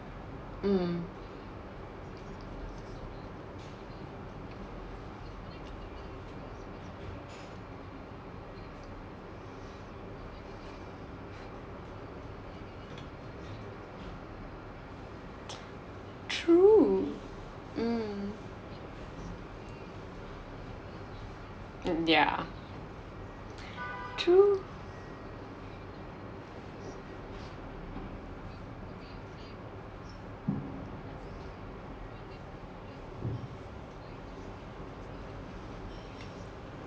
mm true mm yeah true